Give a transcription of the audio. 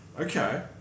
Okay